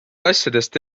asjadest